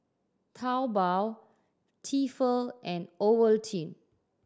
Taobao Tefal and Ovaltine